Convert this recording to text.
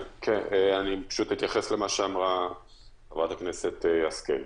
אתייחס למה שאמרה חברת הכנסת השכל.